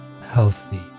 healthy